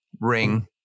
Ring